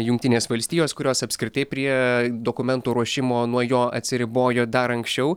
jungtinės valstijos kurios apskritai prie dokumento ruošimo nuo jo atsiribojo dar anksčiau